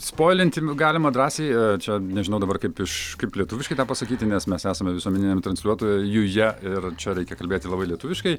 spoilinti galima drąsiai čia nežinau dabar kaip iš kaip lietuviškai tą pasakyti nes mes esame visuomeniniam transliuotojuje ir čia reikia kalbėti labai lietuviškai